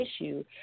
issue